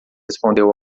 respondeu